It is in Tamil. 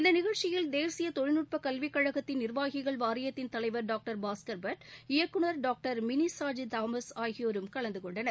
இந்த நிகழ்ச்சியில் தேசிய தொழில்நுட்ப கல்விக் கழகத்தின் நிர்வாகிகள் வாரியத்தின் தலைவர் டாக்டர் பாஸ்கர் பட் இயக்குநர் டாக்டர் மினிசாஜி தாமஸ் ஆகியோரும் கலந்து கொண்டனர்